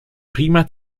prima